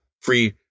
free